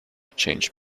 change